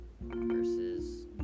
versus